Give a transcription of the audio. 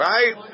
Right